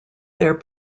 their